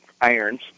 irons